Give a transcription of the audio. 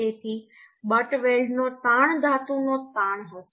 તેથી બટ વેલ્ડનો તાણ ધાતુનો તાણ હશે